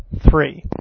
three